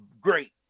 great